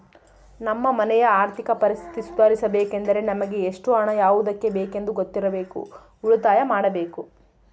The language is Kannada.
ನಮ್ಮ ಮನೆಯ ಆರ್ಥಿಕ ಪರಿಸ್ಥಿತಿ ಸುಧಾರಿಸಬೇಕೆಂದರೆ ನಮಗೆ ಎಷ್ಟು ಹಣ ಯಾವುದಕ್ಕೆ ಬೇಕೆಂದು ಗೊತ್ತಿರಬೇಕು, ಉಳಿತಾಯ ಮಾಡಬೇಕು